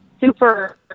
super